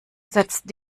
setzt